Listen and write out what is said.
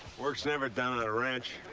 work's never done on a ranch.